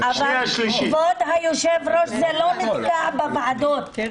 כבוד היושב ראש, זה לא נתקע בוועדות.